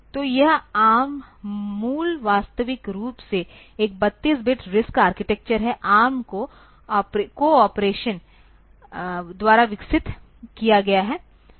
तो यह ARM मूल प्रस्तावित रूप से एक 32 बिट RISC आर्किटेक्चर है ARM कोऑपरेशन द्वारा विकसित किया गया है